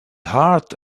heart